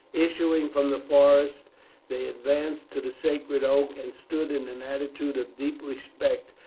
issuing from the forest they advanced to the sacred oak and stood in an attitude of deep respect,